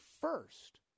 first